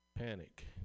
Panic